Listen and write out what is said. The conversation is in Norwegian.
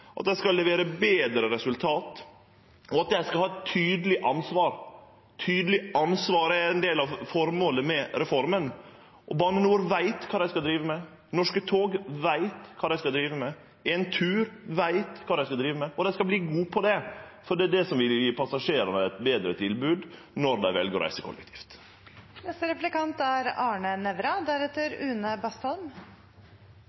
at dei skal levere betre resultat, og at dei skal ha eit tydeleg ansvar. Tydeleg ansvar er ein del av formålet med reforma. Bane NOR veit kva dei skal drive med, Norske tog veit kva dei skal drive med, Entur veit kva dei skal drive med, og dei skal verte gode på det, for det er det som vil gje passasjerane eit betre tilbod når dei vel å reise